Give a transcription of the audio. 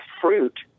fruit